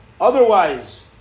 Otherwise